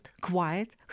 quiet